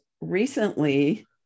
recently